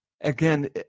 Again